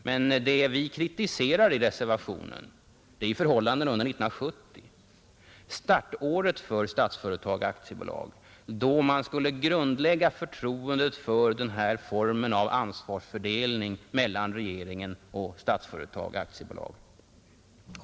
Men vad vi reservanter kritiserar är förhållanden under 1970, startåret för Statsföretag AB, då förtroendet skulle grundläggas för en ny form av ansvarsfördelning mellan regeringen och Statsföretag.